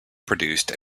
produced